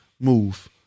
move